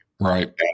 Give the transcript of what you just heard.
right